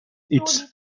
its